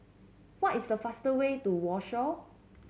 what is the faster way to Warsaw